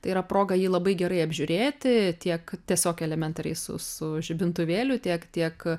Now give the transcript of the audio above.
tai yra proga jį labai gerai apžiūrėti tiek tiesiog elementariai su su žibintuvėliu tiek tiek